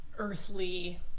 earthly